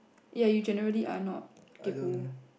ya you generally are not Kaypoh